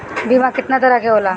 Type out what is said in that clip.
बीमा केतना तरह के होला?